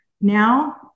Now